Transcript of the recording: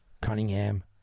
Cunningham